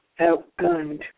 outgunned